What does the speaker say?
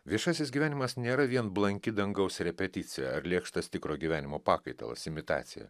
viešasis gyvenimas nėra vien blanki dangaus repeticija ar lėkštas tikro gyvenimo pakaitalas imitacija